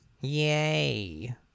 Yay